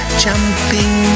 jumping